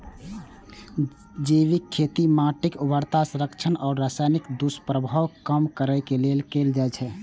जैविक खेती माटिक उर्वरता संरक्षण आ रसायनक दुष्प्रभाव कम करै लेल कैल जाइ छै